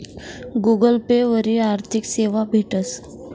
Google Pay वरी आर्थिक सेवा भेटस